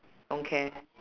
don't care